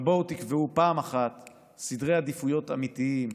אבל בואו תקבעו פעם אחת סדרי עדיפויות אמיתיים,